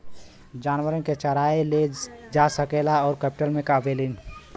जानवरन के चराए ले जा सकेला उ कैटल मे आवेलीन